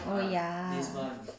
oh ya